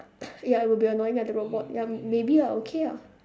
ya it'll be annoying ah the robot ya maybe ah okay ah